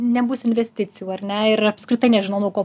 nebus investicijų ar ne ir apskritai nežinau nuo ko